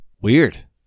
Weird